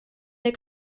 der